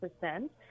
percent